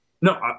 No